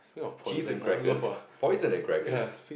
cheese and crackers poison and crackers